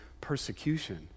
persecution